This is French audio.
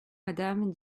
madame